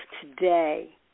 Today